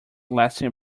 lasting